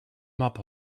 mop